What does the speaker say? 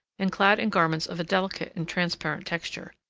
and clad in garments of a delicate and transparent texture.